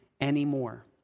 anymore